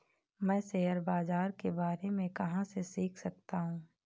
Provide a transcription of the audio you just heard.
मैं शेयर बाज़ार के बारे में कहाँ से सीख सकता हूँ?